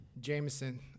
Jameson